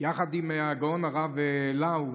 יחד עם הגאון הרב לאו,